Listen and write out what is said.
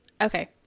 Okay